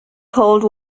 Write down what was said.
cold